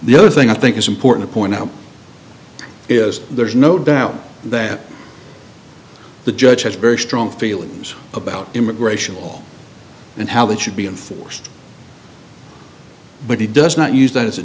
the other thing i think is important to point out is there's no doubt that the judge has very strong feelings about immigration and how that should be enforced but he does not use that as a